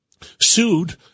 sued